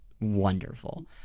wonderful